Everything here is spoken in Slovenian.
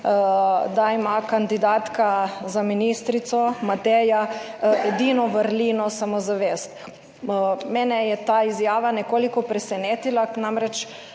da ima kandidatka za ministrico Mateja edino vrlino, samozavest. Mene je ta izjava nekoliko presenetila, namreč,